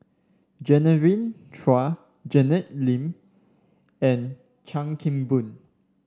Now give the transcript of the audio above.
Genevieve Chua Janet Lim and Chan Kim Boon